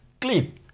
clean